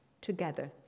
together